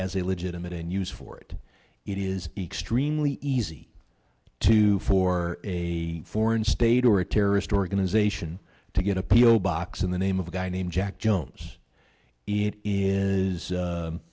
has a legitimate and use for it it is extremely easy to for a foreign state or a terrorist organization to get appeal box in the name of a guy named jack jones it